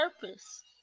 purpose